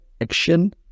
action